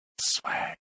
Swag